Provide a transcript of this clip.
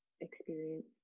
experience